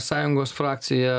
sąjungos frakcija